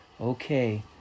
Okay